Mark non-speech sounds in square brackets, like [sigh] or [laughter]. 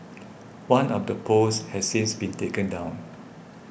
[noise] one of the posts has since been taken down